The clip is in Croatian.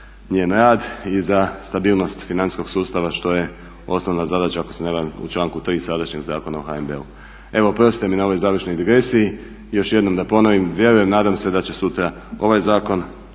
njen rad i za stabilnost financijskog sustava što je osnovana zadaća ako se ne varam u članku 3.sadašnjeg Zakona o HNB-u. Evo oprostite mi na ovoj završnoj digresiji. Još jednom da ponovim vjerujem, nadam se da će sutra ovaj zakon